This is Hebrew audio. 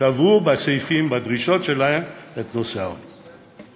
קבעו בסעיפים, בדרישות שלהן, את נושא העוני.